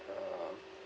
uh